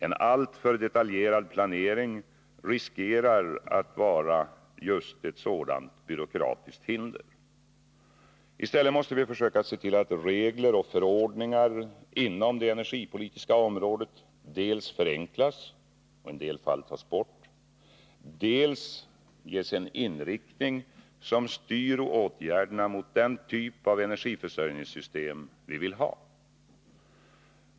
En alltför detaljerad planering riskerar att vara just ett sådant byråkratiskt hinder. I stället måste vi försöka se till att regler och förordningar inom det energipolitiska området dels förenklas och i en del fall tas bort, dels ges en inriktning som styr åtgärderna mot den typ av energiförsörjningssystem vi vill ha.